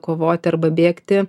kovoti arba bėgti